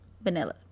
Vanilla